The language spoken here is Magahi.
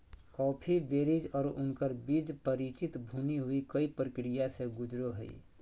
कॉफी बेरीज और उनकर बीज परिचित भुनी हुई कई प्रक्रिया से गुजरो हइ